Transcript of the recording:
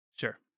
sure